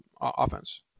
offense